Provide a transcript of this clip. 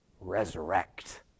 resurrect